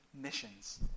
missions